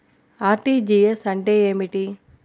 RTGS అంటే ఏమిటి?